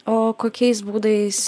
o kokiais būdais